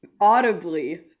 audibly